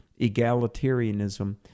egalitarianism